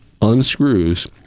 unscrews